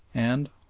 and,